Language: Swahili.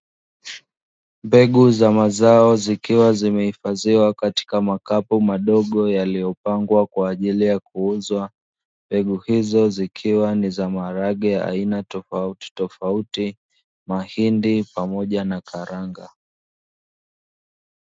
Mbegu za mazao zikiwa zimehifadhiwa katika makapu madogo yaliyopangwa kwa ajili ya kuuzwa. Mbegu hizo zikiwa ni za maharage ya aina tofauti tofauti, mahindi pamoja na karanga.